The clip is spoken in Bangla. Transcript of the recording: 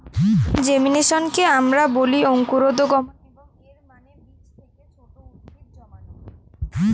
জেমিনেশনকে আমরা বলি অঙ্কুরোদ্গম, এবং এর মানে বীজ থেকে ছোট উদ্ভিদ জন্মানো